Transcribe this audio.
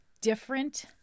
different